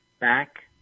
back